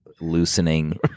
loosening